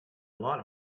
lot